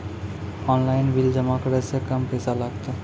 Online bill जमा करै से कम पैसा लागतै?